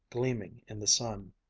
gleaming in the sun.